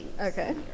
Okay